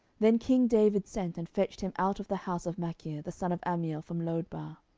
then king david sent, and fetched him out of the house of machir, the son of ammiel, from lodebar.